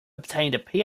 obtained